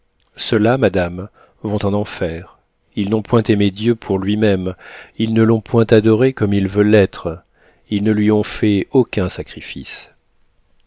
ceux-là madame vont en enfer ils n'ont point aimé dieu pour lui-même ils ne l'ont point adoré comme il veut l'être ils ne lui ont fait aucun sacrifice